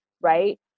Right